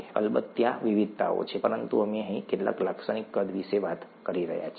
અલબત્ત ત્યાં વિવિધતાઓ છે પરંતુ અમે અહીં કેટલાક લાક્ષણિક કદ વિશે વાત કરી રહ્યા છીએ